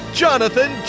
jonathan